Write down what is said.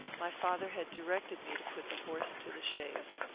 my father had directed me to put the horse to the chaise.